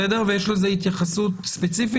ההגדרות, בראשיתו של סעיף ההגדרות.